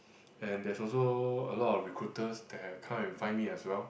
and there's also a lot of recruiters that have come and find me as well